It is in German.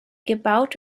gebaut